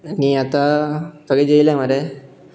आनी आतां सगले जेवले मरे